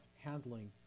handling